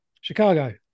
Chicago